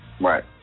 Right